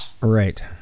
Right